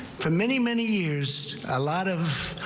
for many many years a lot of.